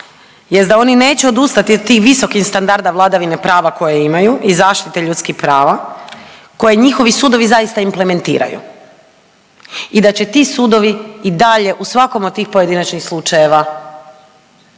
jest da oni neće odustati od tih visokih standarda vladavine prava koje imaju i zaštite ljudskih prava koje njihovi sudovi zaista implementiraju i da će ti sudovi i dalje u svakom od tih pojedinačnih slučajeva